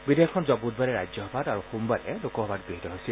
বিধেয়কখন যোৱা বুধবাৰে ৰাজ্যসভাত আৰু সোমবাৰে লোকসভাত গৃহীত হৈছিল